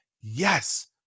yes